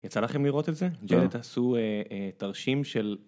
יצא לכם לראות את זה, ג'נט עשו תרשים של